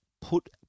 put